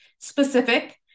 Specific